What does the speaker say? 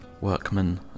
workmen